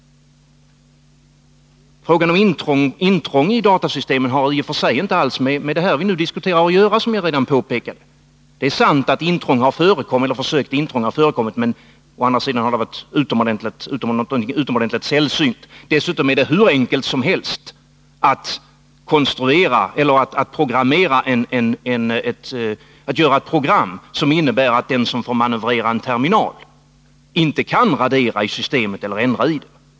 Frågan om intrång i datasystemen har, som jag redan påpekat, i sig inte alls att göra med det som vi nu diskuterar. Det är sant att försök till intrång har förekommit, men de har varit utomordentligt sällsynta. Dessutom är det hur enkelt som helst att göra ett program som innebär att den som får manövrera en terminal inte kan göra ändringar i systemet.